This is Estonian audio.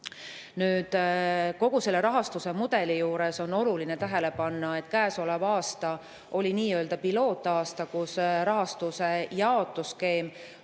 Kogu selle rahastusmudeli juures on oluline tähele panna, et käesolev aasta oli nii-öelda pilootaasta, kui rahastuse jaotusskeem